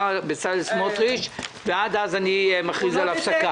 בצלאל סמוטריץ ועד אז אני מכריז על הפסקה.